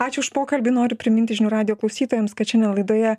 ačiū už pokalbį noriu priminti žinių radijo klausytojams kad šiandien laidoje